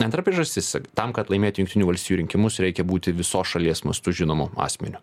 antra priežastis tam kad laimėti jungtinių valstijų rinkimus reikia būti visos šalies mastu žinomu asmeniu